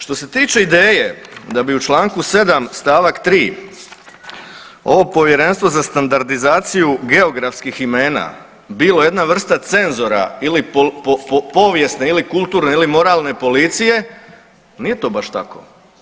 Što se tiče ideje da bi u članku 7. stavak 3. ovo Povjerenstvo za standardizaciju geografskih imena bilo jedna vrsta cenzora ili povijesne ili kulturne ili moralne policije nije to baš tako.